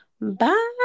Bye